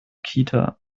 kita